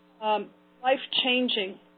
life-changing